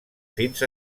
fins